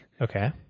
Okay